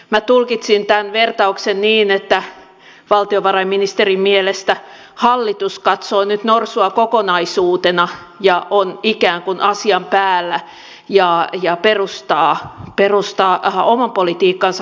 minä tulkitsin tämän vertauksen niin että valtiovarainministerin mielestä hallitus katsoo nyt norsua kokonaisuutena ja on ikään kuin asian päällä ja perustaa oman politiikkansa faktoihin